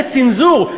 זה צנזור.